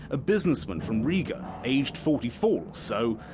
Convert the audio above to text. a businessman from riga, aged forty four or so,